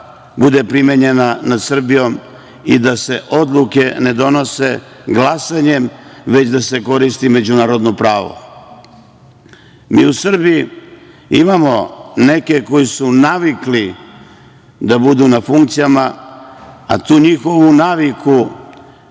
bude primenjena nad Srbijom i da se odluke ne donose glasanjem već da se koristi međunarodno pravo. Mi u Srbiji imamo neke koji su navikli da budu na funkcijama, a tu njihovu naviku